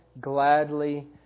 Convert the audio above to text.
gladly